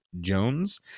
Jones